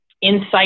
insight